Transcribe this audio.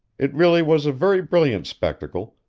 it really was a very brilliant spectacle,